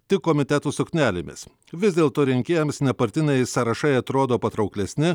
tik komitetų suknelėmis vis dėlto rinkėjams nepartiniai sąrašai atrodo patrauklesni